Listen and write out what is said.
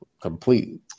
complete